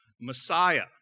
Messiah